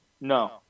No